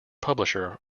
publisher